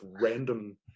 random